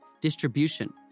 distribution